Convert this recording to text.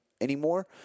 anymore